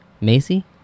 Macy